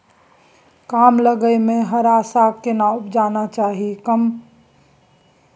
कम लग में हरा साग केना उपजाना चाही?